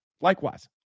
Likewise